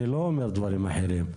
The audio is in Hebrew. אני לא אומר דברים אחרים,